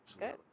Good